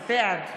בעד